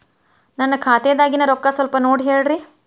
ನನ್ನ ಖಾತೆದಾಗಿನ ರೊಕ್ಕ ಸ್ವಲ್ಪ ನೋಡಿ ಹೇಳ್ರಿ